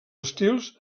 estils